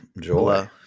joy